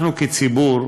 אנחנו כציבור,